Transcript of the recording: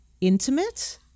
intimate